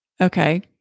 Okay